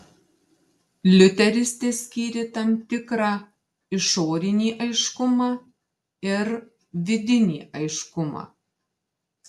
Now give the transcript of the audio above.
liuteris teskyrė tam tikrą išorinį aiškumą ir vidinį aiškumą